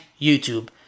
YouTube